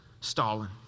Stalin